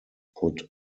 put